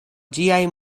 ĝiaj